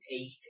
eight